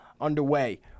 underway